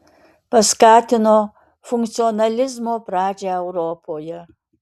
paskatino funkcionalizmo pradžią europoje